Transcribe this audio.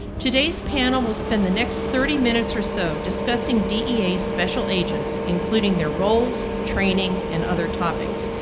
today's panel will spend the next thirty minutes or so discussing dea's special agents includesing their roles, training, and other topics.